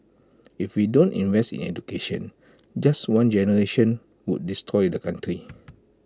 if we don't invest in education just one generation would destroy the country